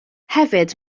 hefyd